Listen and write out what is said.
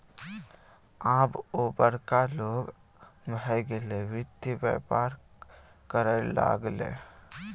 आब ओ बड़का लोग भए गेलै वित्त बेपार करय लागलै